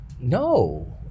no